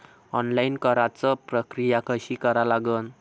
Online कराच प्रक्रिया कशी करा लागन?